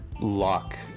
luck